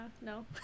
No